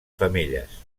femelles